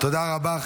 תודה רבה.